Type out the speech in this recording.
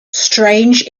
strange